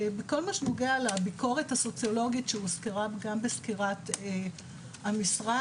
וכל מה שנוגע לביקורת הסוציולוגית שהוזכרה גם בסקירת המשרד,